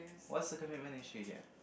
what's the commitment issue here